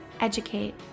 educate